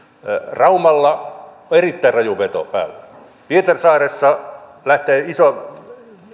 raumalla on erittäin raju veto päällä pietarsaaressa lähtee iso